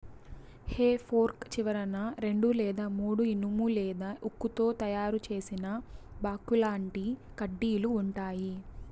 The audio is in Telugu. హె ఫోర్క్ చివరన రెండు లేదా మూడు ఇనుము లేదా ఉక్కుతో తయారు చేసిన బాకుల్లాంటి కడ్డీలు ఉంటాయి